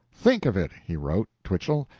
think of it! he wrote twichell,